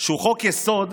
שהוא חוק-יסוד,